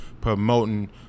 promoting